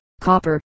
copper